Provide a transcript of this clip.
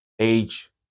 age